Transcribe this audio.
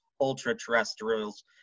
ultra-terrestrials